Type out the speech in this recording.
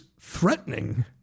threatening